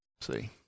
see